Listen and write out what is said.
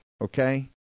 okay